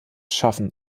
schaffen